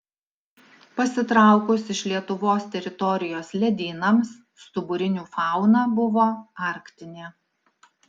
pasitraukus iš lietuvos teritorijos ledynams stuburinių fauna buvo arktinė